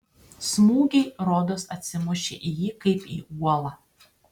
smūgiai rodos atsimušė į jį kaip į uolą